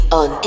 on